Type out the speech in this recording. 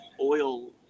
oil